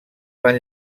van